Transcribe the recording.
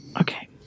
Okay